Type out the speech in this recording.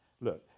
Look